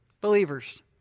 Believers